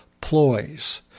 ploys